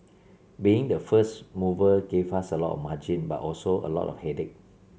being the first mover gave us a lot of margin but also a lot of headache